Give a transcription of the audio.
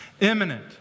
Imminent